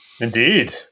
indeed